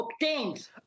obtained